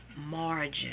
margin